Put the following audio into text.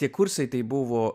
tie kursai tai buvo